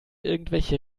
irgendwelche